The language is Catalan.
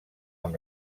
amb